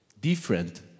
different